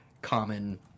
common